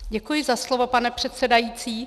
Děkuji za slovo, pane předsedající.